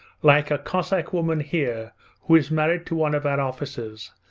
like a cossack woman here who is married to one of our officers,